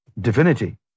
divinity